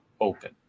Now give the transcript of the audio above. open